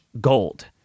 Gold